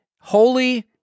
Holy